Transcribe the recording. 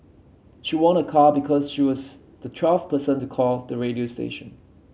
she won a car because she was the twelfth person to call the radio station